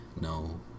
no